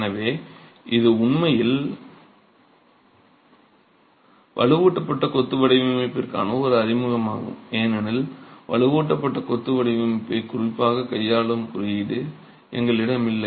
எனவே இது உண்மையில் வலுவூட்டப்பட்ட கொத்து வடிவமைப்பிற்கான ஒரு அறிமுகமாகும் ஏனெனில் வலுவூட்டப்பட்ட கொத்து வடிவமைப்பைக் குறிப்பாகக் கையாளும் குறியீடு எங்களிடம் இல்லை